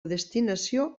destinació